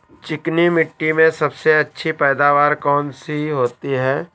चिकनी मिट्टी में सबसे अच्छी पैदावार कौन सी होती हैं?